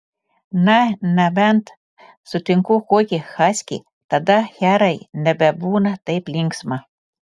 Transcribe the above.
na nebent sutinku kokį haskį tada jau herai nebebūna taip linksma